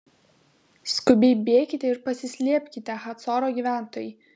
skubiai bėkite ir pasislėpkite hacoro gyventojai